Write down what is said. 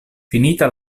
finita